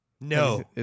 No